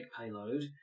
payload